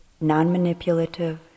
non-manipulative